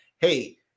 hey